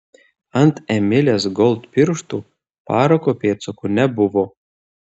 ant emilės gold pirštų parako pėdsakų nebuvo